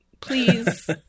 Please